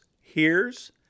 hears